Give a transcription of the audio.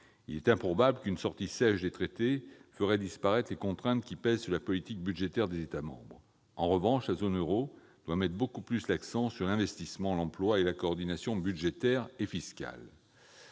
Il est improbable qu'une sortie sèche des traités fasse disparaître les contraintes qui pèsent sur la politique budgétaire des États membres. En revanche, la zone euro doit mettre beaucoup plus l'accent sur l'investissement, l'emploi et la coordination budgétaire et fiscale.